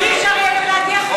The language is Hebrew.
אז אפשר יהיה להדיח אותך.